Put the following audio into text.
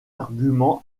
arguments